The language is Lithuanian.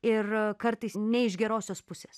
ir kartais ne iš gerosios pusės